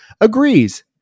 agrees